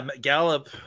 Gallup